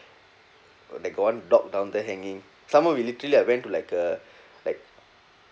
that got one dog down there hanging some more we literally like went to like a like